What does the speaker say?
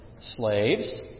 slaves